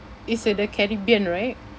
it's at the Caribbean right